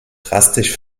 drastisch